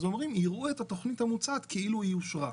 אז אומרים שיראו את התכנית המוצעת כאילו היא אושרה.